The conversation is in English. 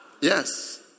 Yes